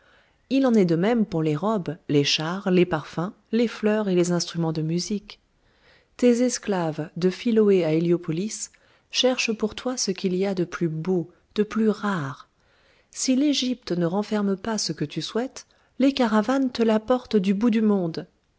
il en est de même pour les robes les chars les parfums les fleurs et les instruments de musique tes esclaves de philæ à héliopolis cherchent pour toi ce qu'il y a de plus beau de plus rare si l'égypte ne renferme pas ce que tu souhaites les caravanes te l'apportent du bout du monde